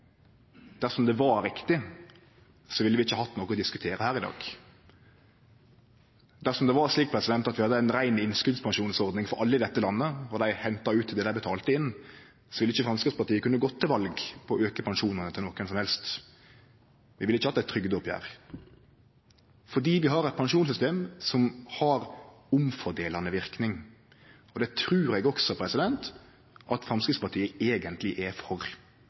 Dersom det var riktig, ville vi ikkje hatt noko å diskutere her i dag. Dersom det var slik at vi hadde ei rein innskotspensjonsordning for alle i dette landet, og dei henta ut det dei betalte inn, ville ikkje Framstegspartiet kunne gått til val på å auke pensjonane til nokon som helst. Vi ville ikkje hatt eit trygdeoppgjer. Det er fordi vi har eit pensjonssystem som har omfordelande verknad. Det trur eg også at Framstegspartiet eigentleg er for,